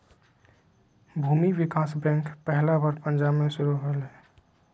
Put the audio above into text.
भूमि विकास बैंक पहला बार पंजाब मे शुरू होलय हल